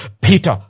Peter